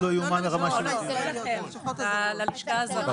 לא ללשכות פה, אלא ללשכה הזרה.